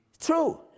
True